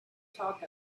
talk